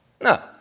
No